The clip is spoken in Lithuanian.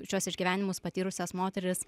šiuos išgyvenimus patyrusias moteris